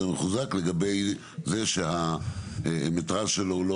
שוב, לא הבנתי אם זה פסיקה או הנחיה.